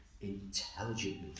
intelligently